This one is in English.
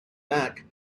back